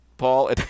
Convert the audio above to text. Paul